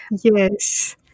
Yes